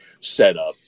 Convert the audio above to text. setup